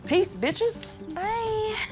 peace, bitches. bye.